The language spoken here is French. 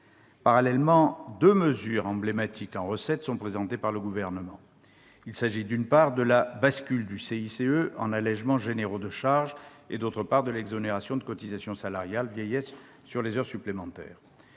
Parallèlement, deux mesures emblématiques en recettes sont présentées par le Gouvernement. Il s'agit, d'une part, de la bascule du CICE en allégements généraux de charges et, d'autre part, de l'exonération de cotisations salariales vieillesse sur les heures supplémentaires.